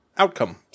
Outcome